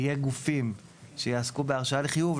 ויהיו גופים שיעסקו בהרשאה לחיוב,